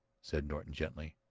said norton gently.